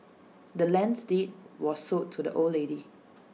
the land's deed was sold to the old lady